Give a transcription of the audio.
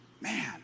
Man